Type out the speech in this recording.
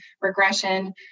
regression